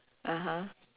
(uh huh)